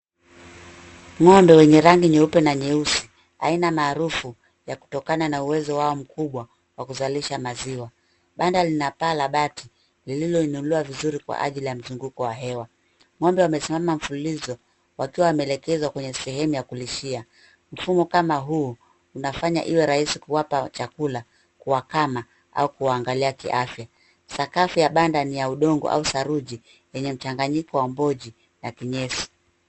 Ngombe wenye rangi nyeupe na nyeusi aina maarufu ya kutokana na uwezo wao mkubwa wa kuzalisha maziwa. Banda lina paa la bati lililoinuliwa vizuri kwa ajili ya mzunguko wa hewa. Ngombe wamesimama mfululizo wakiwa wameelekezwa kwenye sehemu ya kulishia. Mfumo kama huu unafanya iwe rahisi kuwapa chakula, kuwakama au kuwaangalia kiafya. Sakafu ya banda ni ya udongo au saruji yenye mchanganyiko wa mboji na kinyesi.